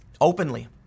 openly